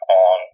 on